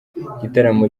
igitaramo